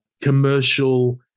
commercial